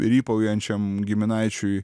rypaujančiam giminaičiui